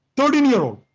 thirteen year old.